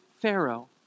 Pharaoh